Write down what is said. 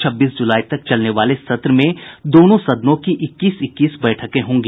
छब्बीस जुलाई तक चलने वाले सत्र में दोनों सदनों की इक्कीस इक्कीस बैठकें होंगी